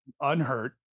unhurt